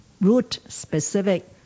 route-specific